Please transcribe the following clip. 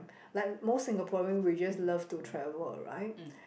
like most Singaporean we just love to travel right